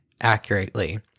accurately